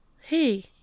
hey